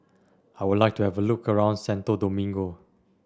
I would like to have a look around Santo Domingo